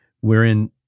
wherein